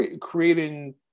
creating